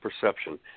perception